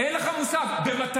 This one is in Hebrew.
בוא נדבר.